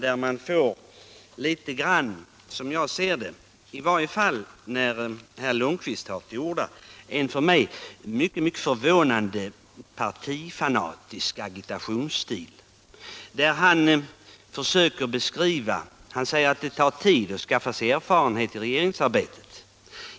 I varje fall tycker jag att herr Lundkvist använde sig av en mycket förvånande partifanatisk agitationsstil. Han sade att det tar tid att skaffa sig erfarenheter av regeringsarbetet.